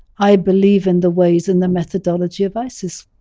i believe in the ways and the methodology of isis.